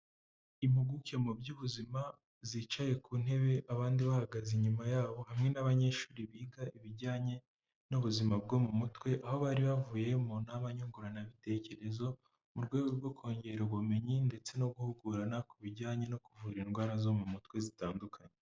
Impuguke mu by'ubuzima zicaye ku ntebe abandi bahagaze inyuma yabo hamwe n'abanyeshuri biga ibijyanye n'ubuzima bwo mu mutwe, aho bari bavuyemo nama nyunguranabitekerezo, mu rwego rwo kongera ubumenyi ndetse no guhugurana ku bijyanye no kuvura indwara zo mu mutwe zitandukanye.